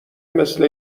مثل